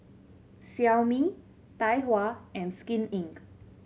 Xiaomi Tai Hua and Skin Inc